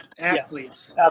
athletes